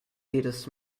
jedes